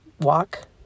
walk